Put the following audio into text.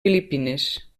filipines